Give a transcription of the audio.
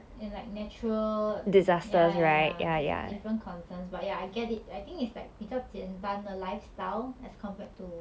and like natural ya ya ya it's different concerns but ya I get it I think it's like 比较简单的 lifestyle as compared to